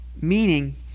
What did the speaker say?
Meaning